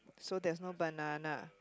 so there is no banana